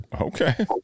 Okay